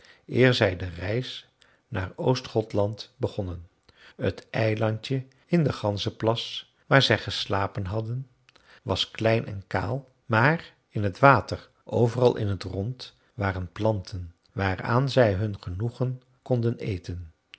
eer zij de reis naar oostgothland begonnen het eilandje in den ganzenplas waar zij geslapen hadden was klein en kaal maar in het water overal in het rond waren planten waaraan zij hun genoegen konden eten